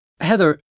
Heather